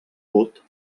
bot